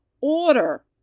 order